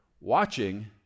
Watching